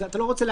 כן.